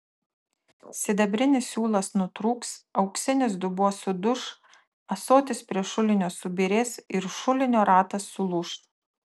sidabrinis siūlas nutrūks auksinis dubuo suduš ąsotis prie šulinio subyrės ir šulinio ratas sulūš